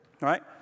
right